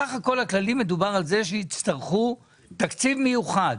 בסך הכל הכללי מדובר על זה שיצטרכו תקציב מיוחד